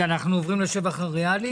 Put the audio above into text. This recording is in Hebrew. אנחנו עוברים לשבח הריאלי?